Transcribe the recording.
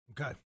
Okay